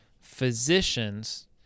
physicians